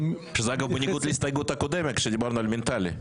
--- שזה אגב בניגוד להסתייגות הקודמת כשדיברנו על מנטלי.